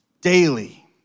daily